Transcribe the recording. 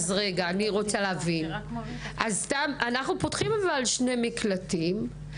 אנחנו פותחים שני מקלטים.